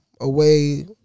Away